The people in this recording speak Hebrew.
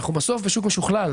אנחנו בסוף בשוק משוכלל,